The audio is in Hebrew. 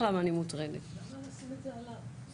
למה אני מוטרדת -- למה לשים את זה עליו?